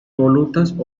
volutas